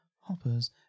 hoppers